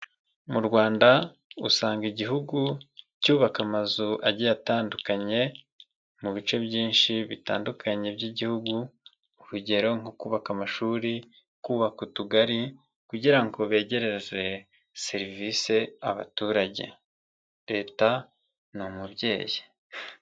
Mu Rwanda usanga igihugu cyubaka amazu agiye atandukanye, mu bice byinshi bitandukanye by'Igihugu, urugero nko kubaka Amashuri, kubaka Utugari, kugira ngo begereza serivisi abaturage, Leta ni umubyeyi.